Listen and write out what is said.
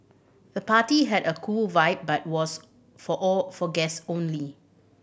the party had a cool vibe but was for all for guests only